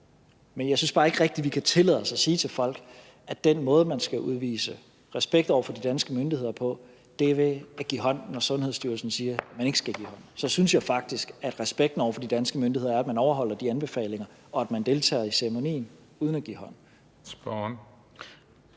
Men jeg synes bare ikke rigtig, vi kan tillade os at sige til folk, at den måde, man skal udvise respekt over for de danske myndigheder på, er ved at give hånd, når Sundhedsstyrelsen siger, at man ikke skal give hånd. Så synes jeg faktisk, at respekten over for de danske myndigheder er, at man overholder de anbefalinger, og at man deltager i ceremonien uden at give hånd.